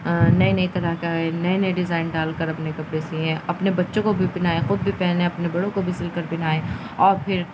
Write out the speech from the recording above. نئے نئے طرح کا نئے نئے ڈیزائن ڈال کر اپنے کپڑے سیئیں اپنے بچوں کو بھی پہائیں خود بھی پہنیں اپنے بڑوں کو بھی سل کر پہائےیں اور پھر